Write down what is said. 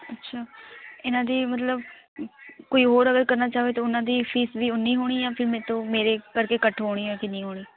ਅੱਛਾ ਇਹਨਾਂ ਦੀ ਮਤਲਬ ਕੋਈ ਔਰ ਅਗਰ ਕਰਨਾ ਚਾਵੇ ਤਾਂ ਉਹਨਾਂ ਦੀ ਫ਼ੀਸ ਵੀ ਉਨ੍ਹੀਂ ਹੋਣੀ ਯਾਂ ਫਿਰ ਮੈਥੋ ਮੇਰੇ ਕਰਕੇ ਘੱਟ ਹੋਣੀ ਯਾਂ ਕਿੰਨੀ ਹੋਣੀ